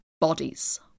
bodies